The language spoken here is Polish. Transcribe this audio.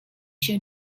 się